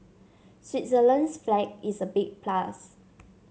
Switzerland's flag is a big plus